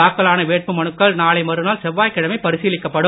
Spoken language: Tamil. தாக்கலான வேட்பு மனுக்கள் நாளை மறுநாள் செவ்வாய்கிழமை பரிசீலிக்கப்படும்